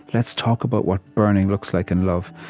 let's talk about what burning looks like in love.